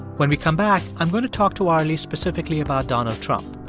when we come back, i'm going to talk to arlie specifically about donald trump.